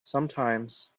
sometimes